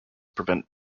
prevent